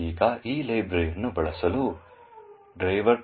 ಈಗ ಈ ಲೈಬ್ರರಿಯನ್ನು ಬಳಸಲು ಡ್ರೈವರ್